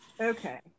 Okay